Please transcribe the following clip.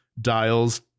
dials